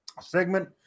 Segment